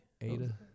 Ada